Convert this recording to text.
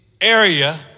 area